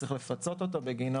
שצריך לפצות אותו בגינו,